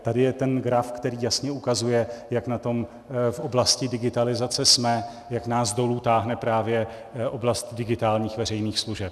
Tady je ten graf, který jasně ukazuje, jak na tom v oblasti digitalizace jsme, jak nás dolů právě táhne oblast digitálních veřejných služeb.